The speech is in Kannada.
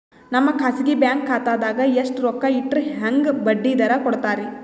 ನಮ್ಮ ಖಾಸಗಿ ಬ್ಯಾಂಕ್ ಖಾತಾದಾಗ ಎಷ್ಟ ರೊಕ್ಕ ಇಟ್ಟರ ಹೆಂಗ ಬಡ್ಡಿ ದರ ಕೂಡತಾರಿ?